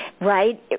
right